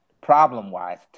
Problem-wise